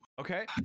Okay